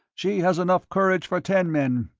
she has enough courage for ten men.